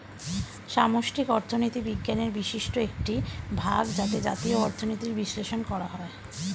সামষ্টিক অর্থনীতি বিজ্ঞানের বিশিষ্ট একটি ভাগ যাতে জাতীয় অর্থনীতির বিশ্লেষণ করা হয়